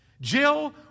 Jill